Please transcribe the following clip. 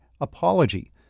apology